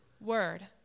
Word